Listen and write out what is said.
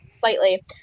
slightly